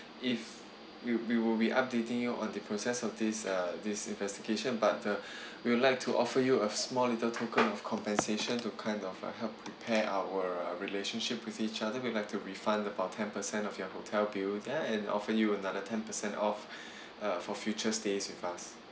if we we will be updating you on the process of this uh this investigation but uh we would like to offer you have small little token of compensation to kind of help repair our our relationship with each other we'd like to refund about ten percent of your hotel bill there and often you another ten percent off uh for future stays with us